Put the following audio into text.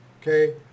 okay